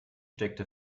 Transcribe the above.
steckte